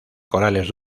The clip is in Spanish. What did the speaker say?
corales